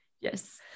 Yes